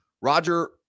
Roger